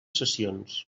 sessions